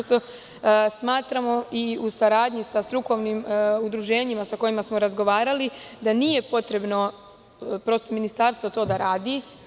Smatramo i u saradnji sa strukovnim udruženjima sa kojima smo razgovarali da nije potrebno da to ministarstvo radi.